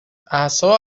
اعصابم